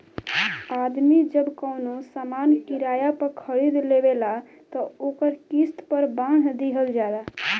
आदमी जब कवनो सामान किराया पर खरीद लेवेला त ओकर किस्त पर बांध दिहल जाला